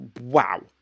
wow